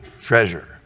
treasure